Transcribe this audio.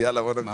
ראוי.